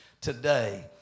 today